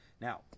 Now